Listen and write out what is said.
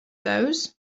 those